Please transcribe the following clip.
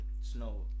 snow